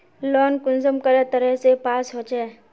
Loan कुंसम करे तरह से पास होचए?